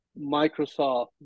Microsoft